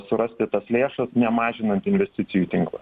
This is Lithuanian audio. surasti tas lėšas nemažinant investicijų į tinklą